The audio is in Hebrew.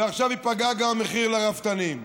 ועכשיו ייפגע גם המחיר לרפתנים.